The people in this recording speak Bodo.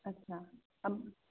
आटसा